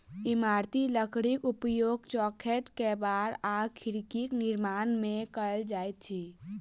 इमारती लकड़ीक उपयोग चौखैट, केबाड़ आ खिड़कीक निर्माण मे कयल जाइत अछि